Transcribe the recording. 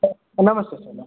ನಮಸ್ತೆ ಸರ್ ನಮಸ್ತೆ